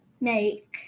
make